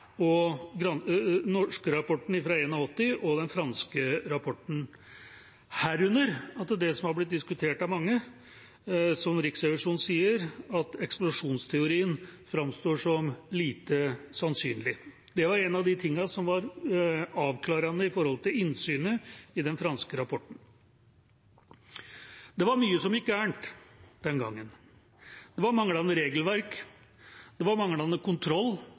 rapporten fra 1981 og den franske rapporten, herunder det som har blitt diskutert av mange, som Riksrevisjonen sier, at eksplosjonsteorien framstår som lite sannsynlig. Det var en av tingene som var avklarende når det gjelder innsynet i den franske rapporten. Det var mye som gikk galt den gangen. Det var manglende regelverk, det var manglende kontroll,